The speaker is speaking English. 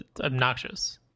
obnoxious